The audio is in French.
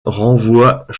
renvoie